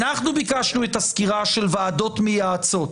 אנחנו ביקשנו את הסקירה של ועדות מייעצות,